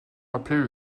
rappeler